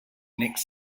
next